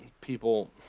people